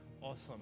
awesome